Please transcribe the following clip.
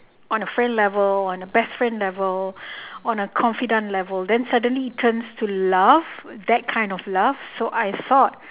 on a friend level on a best friend level on a confidence level then suddenly it turns to love that kind of love so I thought